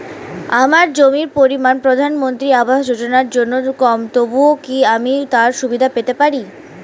আমার জমির পরিমাণ প্রধানমন্ত্রী আবাস যোজনার জন্য কম তবুও কি আমি তার সুবিধা পেতে পারি?